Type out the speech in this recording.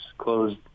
Closed